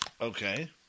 Okay